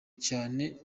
cyane